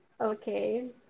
okay